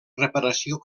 reparació